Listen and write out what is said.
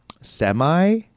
semi